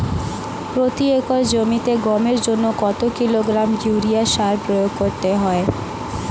প্রতি একর জমিতে গমের জন্য কত কিলোগ্রাম ইউরিয়া সার প্রয়োগ করতে হয়?